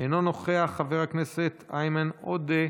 אינו נוכח, חבר הכנסת איימן עודה,